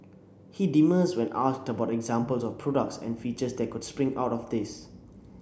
he demurs when asked about examples of products and features that could spring out of this